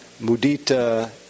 mudita